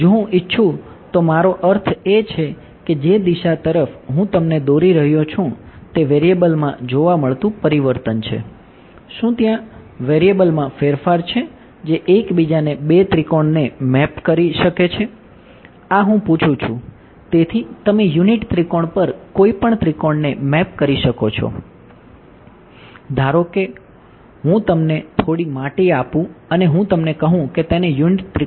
જો હું ઇચ્છું તો મારો અર્થ એ છે કે જે દિશા તરફ હું તમને દોરી રહ્યો છું તે વેરિએબલ માં મેપ કરશો